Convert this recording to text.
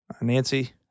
Nancy